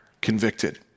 convicted